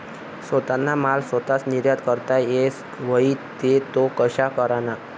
सोताना माल सोताच निर्यात करता येस व्हई ते तो कशा कराना?